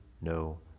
no